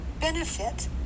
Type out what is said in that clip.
benefit